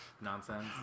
nonsense